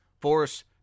Force